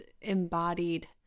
embodied